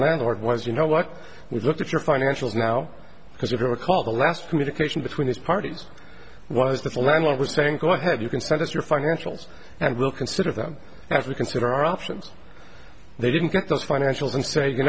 landlord was you know what we look at your financials now because you're going to call the last communication between these parties was that the landlord was saying go ahead you can send us your financials and we'll consider them as we consider our options they didn't get those financials and say you